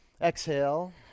exhale